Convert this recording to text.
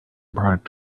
product